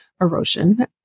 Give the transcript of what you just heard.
erosion